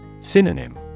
Synonym